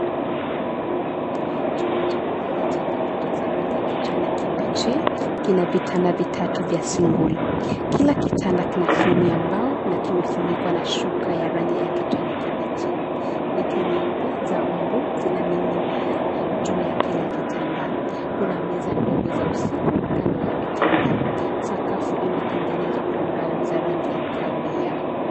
Chumba cha kulala chenye kuta za rangi ya kijani kibichi kina vitanda vitatu vya single . Kila kitanda kina fremu ya mbao na kimefunikwa na shuka ya rangi ya kijani kibichi. Neti nyeupe za mbu zinang'inia juu ya kila kitanda. Kuna meza ndogo za usiku kando ya vitanda. Sakafu imetengenezwa kwa mbao za rangi ya kahawia.